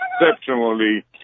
exceptionally